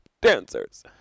dancers